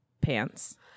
pants